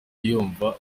yumva